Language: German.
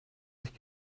ich